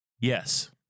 yes